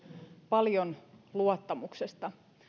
paljon luottamuksesta